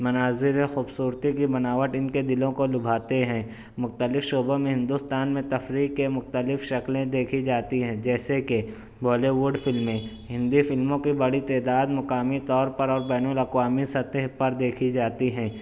مناظر میں خوبصورتی کی بناوٹ ان کے دلوں کو لبھاتے ہیں مختلف شعبوں میں ہندوستان میں تفریح کے مختلف شکلیں دیکھی جاتی ہیں جیسے کہ بالیووڈ فلمیں ہندی فلموں کے بڑی تعداد مقامی طور پر اور بین الاقوامی سطح پر دیکھی جاتی ہیں